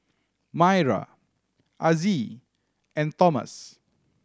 Mayra Azzie and Tomas